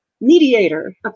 mediator